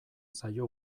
zaio